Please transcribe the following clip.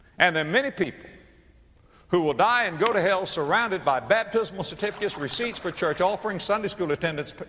and there're many people who will die and go to hell surrounded by baptismal certificates, receipts for church offering, sunday school attendance but